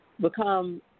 become